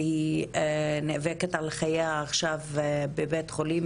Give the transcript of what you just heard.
היא נאבקת על חייה עכשיו בבית חולים,